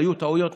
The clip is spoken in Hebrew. היו טעויות,